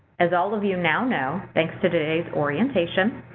as all of you now know thanks to today's orientation,